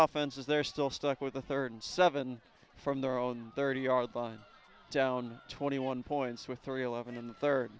often says they're still stuck with a thirty seven from their own thirty yard line down twenty one points with three eleven in the third